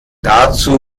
dazu